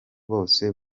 bose